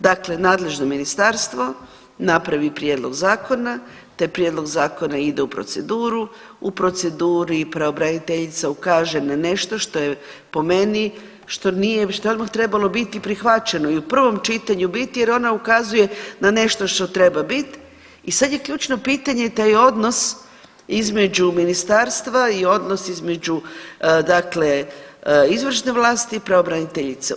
Dakle, nadležno ministarstvo napravi prijedlog zakona, taj prijedlog zakona ide u proceduru, u proceduri pravobraniteljica ukaže na nešto što je po meni, što nije, što je odmah trebalo biti prihvaćeno i u prvom čitanju, u biti jer ona ukazuje na nešto što treba bit i sad je ključno pitanje taj odnos između ministarstva i odnos između dakle izvršne vlasti i pravobraniteljice.